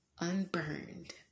unburned